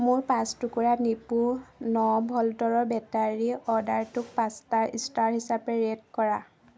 মোৰ পাঁচ টুকুৰা নিপ্পো ন ভল্টৰ বেটাৰী অৰ্ডাৰটোক পাঁচটা ষ্টাৰ হিচাপে ৰেট কৰা